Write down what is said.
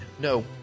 no